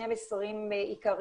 אם תסיים שם קודם אז אתה מוזמן לחזור.